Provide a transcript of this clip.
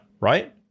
Right